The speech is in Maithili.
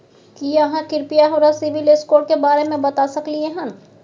की आहाँ कृपया हमरा सिबिल स्कोर के बारे में बता सकलियै हन?